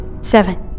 seven